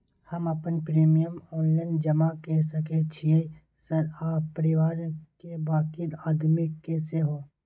हम अपन premium online जमा के सके छियै सर आ परिवार के बाँकी आदमी के सेहो?